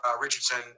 Richardson